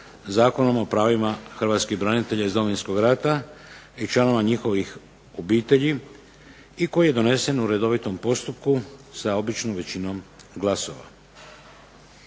Zakonom o pravima hrvatskih branitelja iz Domovinskog rata i članova njihovih obitelji i koji je donesen u redovitom postupku sa običnom većinom glasova.